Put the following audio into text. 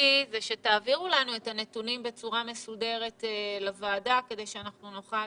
שתעבירו לוועדה את הנתונים בצורה מסודרת כדי שנוכל